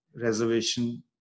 reservation